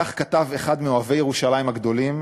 כך כתב אחד מאוהבי ירושלים הגדולים,